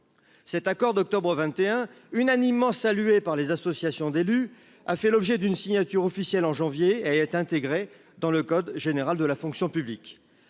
Cet accord, conclu en octobre 2021 et unanimement salué par les associations d'élus, a fait l'objet d'une signature officielle au mois de janvier dernier et a été intégré dans le code général de la fonction publique.